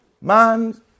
Man